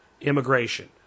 immigration